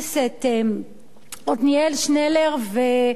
עתניאל שנלר ויוליה